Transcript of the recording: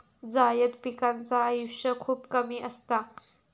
जायद पिकांचा आयुष्य खूप कमी असता